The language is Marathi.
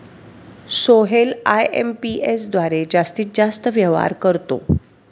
सोहेल आय.एम.पी.एस द्वारे जास्तीत जास्त व्यवहार करतो